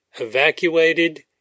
evacuated